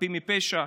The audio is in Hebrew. חפים מפשע,